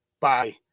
Bye